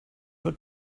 for